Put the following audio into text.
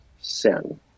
sin